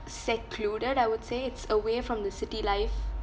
secluded I would say it's away from the city life